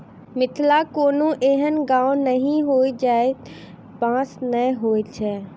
मिथिलाक कोनो एहन गाम नहि होयत जतय बाँस नै होयत छै